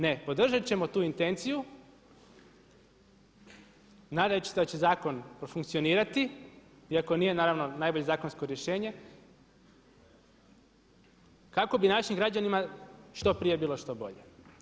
Ne, podržat ćemo tu intenciju nadajući se da će zakon profunkcionirati iako nije naravno najbolje zakonsko rješenje kako bi našim građanima što prije bilo što bolje.